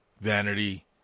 Vanity